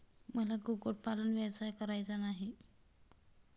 मला कुक्कुटपालन व्यवसाय करायचा नाही